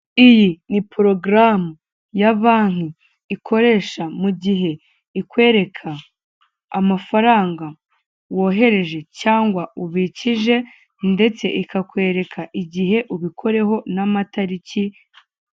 Iyi ni porogaramu ya banki ikoresha mu gihe ikwereka amafaranga wohereje cyangwa ubikije ndetse ikakwereka igihe ubikoreyeho n'amatariki.